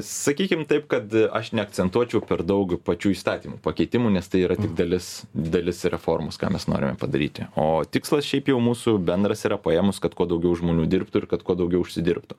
sakykim taip kad aš neakcentuočiau per daug pačių įstatymų pakeitimų nes tai yra tik dalis dalis reformos ką mes norime padaryti o tikslas šiaip jau mūsų bendras yra paėmus kad kuo daugiau žmonių dirbtų ir kad kuo daugiau užsidirbtų